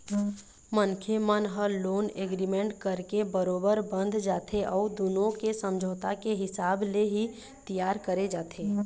मनखे मन ह लोन एग्रीमेंट करके बरोबर बंध जाथे अउ दुनो के समझौता के हिसाब ले ही तियार करे जाथे